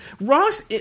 Ross